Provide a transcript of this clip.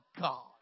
God